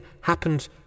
happened